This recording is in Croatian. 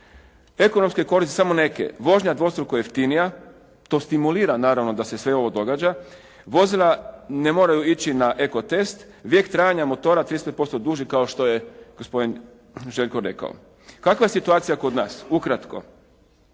Ekonomske koristi samo neke. Vožnja dvostruko jeftinija. To stimulira naravno da se sve ovo događa. Vozila ne moraju ići na eko test. Vijek trajanja motora 35% duži kao što je gospodin Željko rekao. Kakva je situacija kod nas? Ukratko.